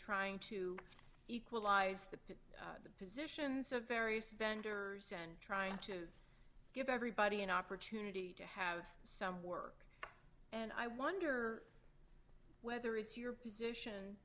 trying to equalize the the positions of various vendors and trying to give everybody an opportunity to have some work and i wonder whether it's your position